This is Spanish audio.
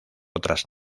otras